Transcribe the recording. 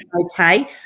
Okay